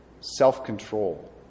self-control